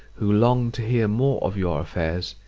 who long to hear more of your affairs,